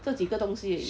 这几个东西而已